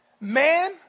Man